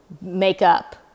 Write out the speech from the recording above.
makeup